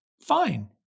fine